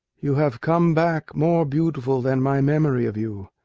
you have come back more beautiful than my memory of you!